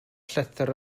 llythyr